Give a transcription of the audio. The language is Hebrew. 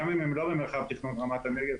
גם אם הן לא במרחב תכנון רמת הנגב,